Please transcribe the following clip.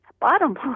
bottom